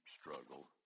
struggle